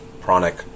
pranic